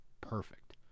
perfect